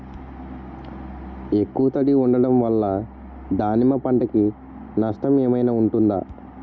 ఎక్కువ తడి ఉండడం వల్ల దానిమ్మ పంట కి నష్టం ఏమైనా ఉంటుందా?